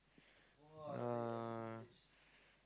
yeah